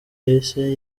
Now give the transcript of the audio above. yahise